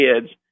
kids